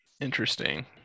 Interesting